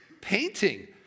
painting